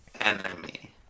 enemy